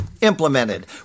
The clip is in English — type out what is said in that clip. implemented